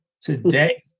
today